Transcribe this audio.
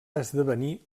esdevenir